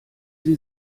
sie